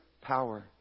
power